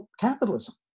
capitalism